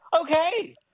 okay